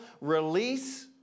release